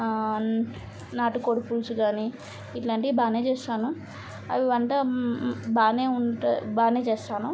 నాటుకోడి పులుసు కానీ ఇట్లాంటివి బాగానే చేస్తాను అవి వంట బాగానే ఉంట బాగానే చేస్తాను